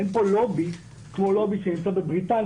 אין פה לובי כמו לובי בבריטניה.